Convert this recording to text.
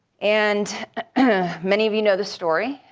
and many of you know the story.